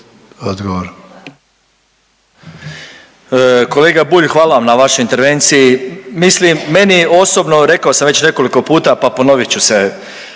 Odgovor.